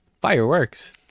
Fireworks